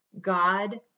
God